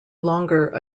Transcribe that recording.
longer